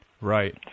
Right